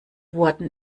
wurden